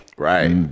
Right